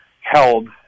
held